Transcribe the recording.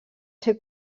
ser